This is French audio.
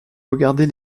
regarder